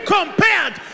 compared